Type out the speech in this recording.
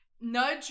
Nudge